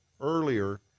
earlier